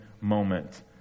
moment